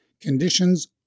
conditions